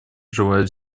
желает